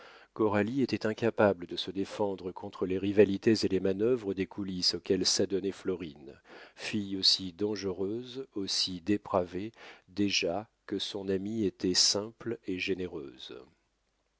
coralie était incapable de se défendre contre les rivalités et les manœuvres des coulisses auxquelles s'adonnait florine fille aussi dangereuse aussi dépravée déjà que son amie était simple et généreuse